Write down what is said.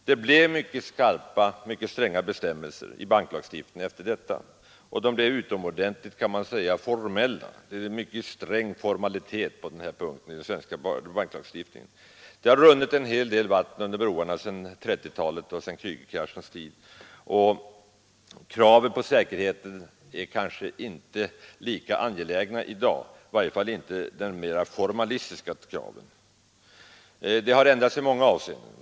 Det blev mycket stränga bestämmelser i banklagstiftningen efter detta, och man kan säga att bestämmelserna blev utomordentligt formalistiska. Det är mycket stränga formaliteter på den här punkten i den svenska banklagstiftningen. Men det har runnit en hel del vatten under broarna sedan 1930-talet och sedan Kreugerkraschens tid, och kraven på säkerhet är kanske inte lika angelägna i dag, i varje fall inte de mera formalistiska kraven. Förhållandena har ändrats i många avseenden.